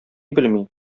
белми